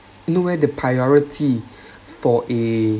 nowhere the priority for a